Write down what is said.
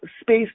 space